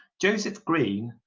joseph green,